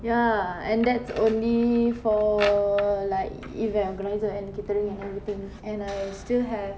ya and that's only for like event organiser and catering and everything and I still have